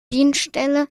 dienststelle